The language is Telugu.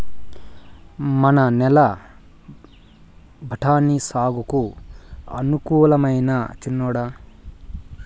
మన నేల బఠాని సాగుకు అనుకూలమైనా చిన్నోడా